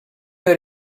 your